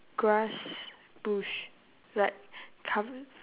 grass bush like cov~